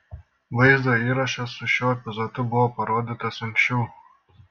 vaizdo įrašas su šiuo epizodu buvo parodytas anksčiau